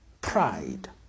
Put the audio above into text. pride